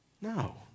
No